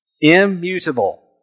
Immutable